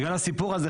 בגלל הסיפור הזה.